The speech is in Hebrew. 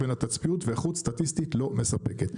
בין התצפיות ואיכות סטטיסטית לא מספקת",